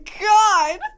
god